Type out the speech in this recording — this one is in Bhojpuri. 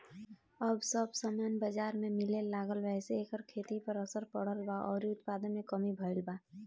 अब सब सामान बजार में मिले लागल बा एसे एकर खेती पर असर पड़ल बा अउरी उत्पादन में कमी भईल बा